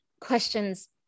questions